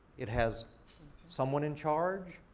it has someone in charge,